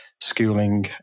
schooling